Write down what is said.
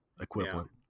equivalent